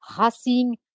Racing